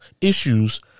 issues